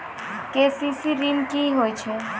KCC ॠन की होय छै?